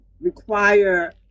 require